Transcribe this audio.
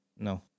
No